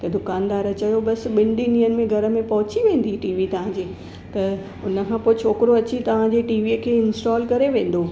त दुकानदारु चयो बसि ॿिनि टिनि ॾींहंनि में घर में पहुची वेंदी टीवी तव्हांजे त हुनखां पोइ छोकिरो अची तव्हांजेद टीवीअ खे इंस्टॉल करे वेंदो